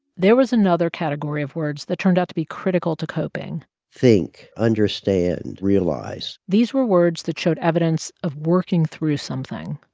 there was another category of words that turned out to be critical to coping think, understand, realize these were words that showed evidence of working through something,